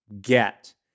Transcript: get